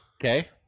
Okay